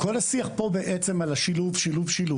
כל השיח פה הוא על השילוב ורק על השילוב.